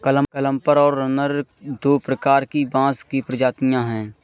clumper और runner दो प्रकार की बाँस की प्रजातियाँ हैं